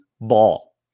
ball